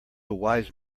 wise